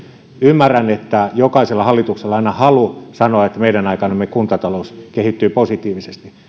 ymmärrän että jokaisella hallituksella on aina halu sanoa että meidän aikanamme kuntatalous kehittyy positiivisesti